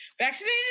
vaccinated